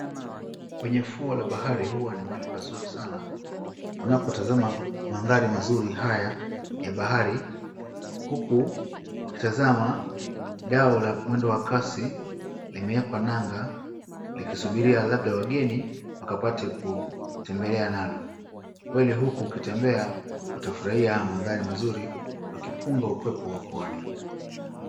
Kwenye ufuo la bahari huwa ni mahali pazuri sana wanapotazama mandhari mazuri haya ya bahari huku wakitazama dau la mwendo wa kasi limeekwa nanga likisubiria labda wageni wakapate kutembelea nalo. Kweli huku ukitembea utafurahia mandhari mazuri wakipunga upepo wa pwani.